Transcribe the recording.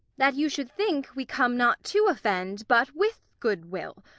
that you should think, we come not to offend, but with good will.